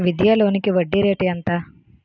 విద్యా లోనికి వడ్డీ రేటు ఎంత?